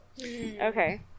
Okay